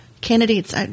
candidates